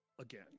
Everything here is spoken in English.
again